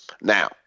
Now